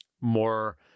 more